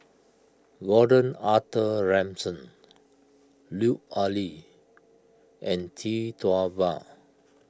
Gordon Arthur Ransome Lut Ali and Tee Tua Ba